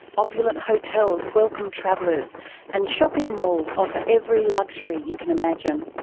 opulent hotels welcome travellers and shopping malls offer every luxury you can imagine.